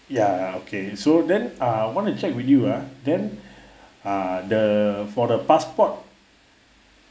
ya okay so then uh want to check with you uh then uh the for the passport